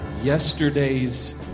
yesterday's